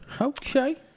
Okay